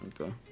okay